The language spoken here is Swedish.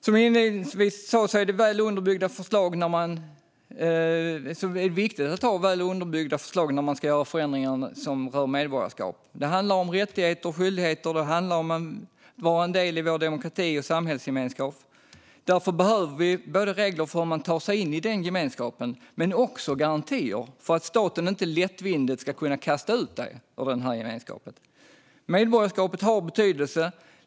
Som jag sa inledningsvis är det viktigt att ha väl underbyggda förslag när man ska göra förändringar som rör medborgarskap. Det handlar om rättigheter och skyldigheter och om att vara en del av vår demokrati och samhällsgemenskap. Därför behöver vi regler för hur man tar sig in i den gemenskapen men också garantier för att staten inte lättvindigt ska kunna kasta ut en ur den. Medborgarskapet har betydelse.